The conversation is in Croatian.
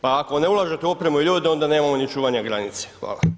Pa ako ne ulažete u opremu i ljude onda nemamo ni čuvanja granice.